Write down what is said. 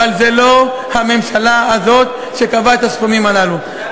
אבל זו לא הממשלה הזאת שקבעה את הסכומים הללו.